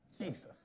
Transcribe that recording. Jesus